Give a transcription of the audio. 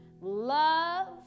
love